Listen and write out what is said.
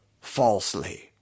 falsely